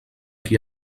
qui